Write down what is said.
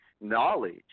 knowledge